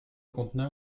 conteneur